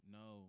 no